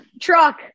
truck